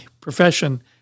profession